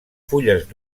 fulles